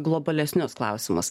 globalesnius klausimus